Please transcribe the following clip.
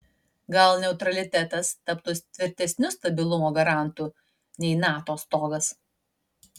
gal neutralitetas taptų tvirtesniu stabilumo garantu nei nato stogas